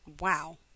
Wow